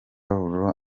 lou